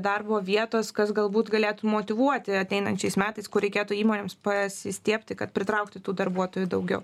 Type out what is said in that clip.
darbo vietos kas galbūt galėtų motyvuoti ateinančiais metais kur reikėtų įmonėms pasistiebti kad pritraukti tų darbuotojų daugiau